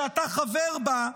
שאתה חבר בה,